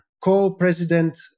co-president